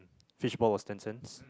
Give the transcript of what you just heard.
fishball was ten cents